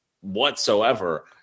whatsoever